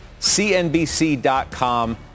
CNBC.com